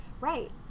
Right